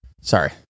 Sorry